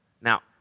Now